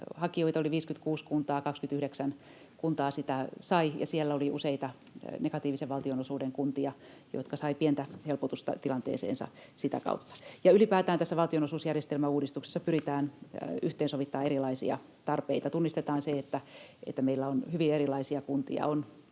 hakijoita oli 56 kuntaa, ja 29 kuntaa sitä sai, ja siellä oli useita negatiivisen valtionosuuden kuntia, jotka saivat pientä helpotusta tilanteeseensa sitä kautta. Ja ylipäätään tässä valtionosuusjärjestelmäuudistuksessa pyritään yhteensovittamaan erilaisia tarpeita, tunnistetaan se, että meillä on hyvin erilaisia kuntia: